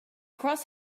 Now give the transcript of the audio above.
cross